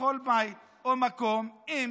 בכל בית או מקום, אם